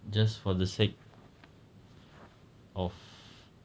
just for the sake of